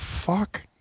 Fuck